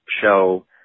show